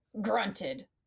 grunted